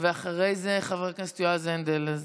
ואחרי זה חבר הכנסת יועז הנדל.